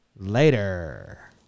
later